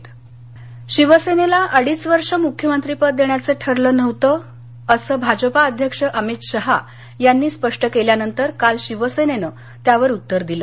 राऊत शिवसेनेला अडीच वर्ष मुख्यमंत्रीपद देण्याचं ठरलं नव्हतं असं भाजपा अध्यक्ष अमित शहा यांनी स्पष्ट केल्यानंतर काल शिवसेनेनं त्यावर उत्तर दिलं